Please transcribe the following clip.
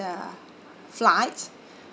the flights